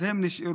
אז הם נשארו,